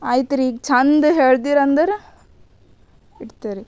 ಆಯ್ತು ರಿ ಈಗ ಛಂದ್ ಹೇಳ್ದಿರಂದ್ರೆ ಇಡ್ತೆರಿ